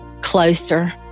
closer